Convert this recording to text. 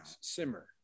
simmer